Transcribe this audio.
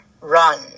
Run